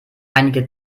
einige